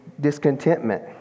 discontentment